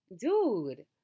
dude